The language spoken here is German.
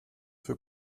für